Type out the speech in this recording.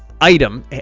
item